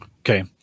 Okay